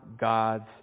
God's